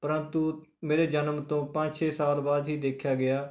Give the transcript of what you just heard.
ਪ੍ਰੰਤੂ ਮੇਰੇ ਜਨਮ ਤੋਂ ਪੰਜ ਛੇ ਸਾਲ ਬਾਅਦ ਜੇ ਦੇਖਿਆ ਗਿਆ